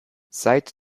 seit